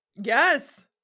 Yes